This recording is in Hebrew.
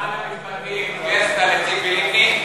משרד המשפטים, לציפי לבני,